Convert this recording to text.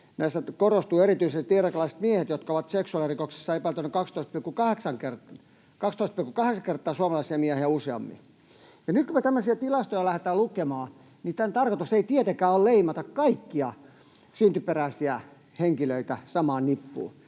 näissä korostuvat erityisesti irakilaiset miehet, jotka ovat seksuaalirikoksista epäiltyinä 12,8 kertaa suomalaisia miehiä useammin. Nyt kun me tämmöisiä tilastoja lähdetään lukemaan, niin tämän tarkoitus ei tietenkään ole leimata kaikkia syntyperäisiä henkilöitä samaan nippuun.